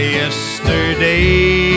yesterday